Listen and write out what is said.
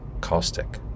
caustic